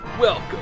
Welcome